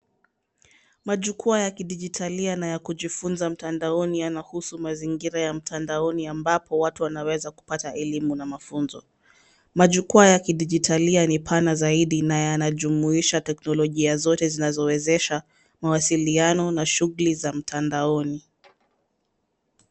Majukwaa ya kidijitalia na ya kujifunza mtandaoni yanahusu mazingira ya mtandaoni ambapo watu wanaweza kupata elimu na mafunzo. Majukwaa ya kidijitalia ni pana zaidi na yanajumuisha teknolojia zote zinazowezesha mawasiliano na shughuli za mtandaoni.